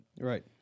Right